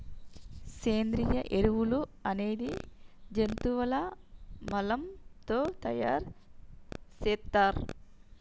సేంద్రియ ఎరువులు అనేది జంతువుల మలం తో తయార్ సేత్తర్